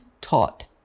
taught